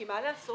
כי מה לעשות,